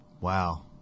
Wow